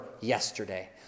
yesterday